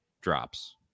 drops